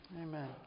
amen